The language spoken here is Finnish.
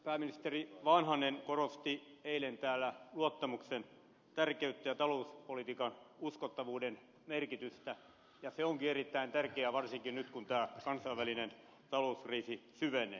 pääministeri vanhanen korosti eilen täällä luottamuksen tärkeyttä ja talouspolitiikan uskottavuuden merkitystä ja se onkin erittäin tärkeää varsinkin nyt kun tämä kansainvälinen talouskriisi syvenee